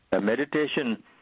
Meditation